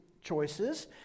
choices